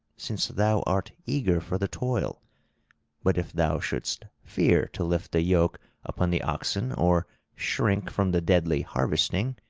since thou art eager for the toil but if thou shouldst fear to lift the yoke upon the oxen or shrink from the deadly harvesting,